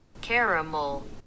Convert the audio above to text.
Caramel